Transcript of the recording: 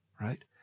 right